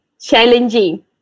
Challenging